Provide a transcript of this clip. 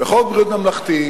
בחוק ביטוח בריאות ממלכתי,